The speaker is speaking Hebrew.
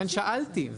לכן שאלתי,